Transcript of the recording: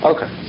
Okay